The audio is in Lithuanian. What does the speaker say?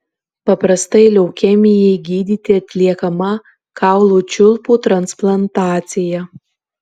paprastai leukemijai gydyti atliekama kaulų čiulpų transplantacija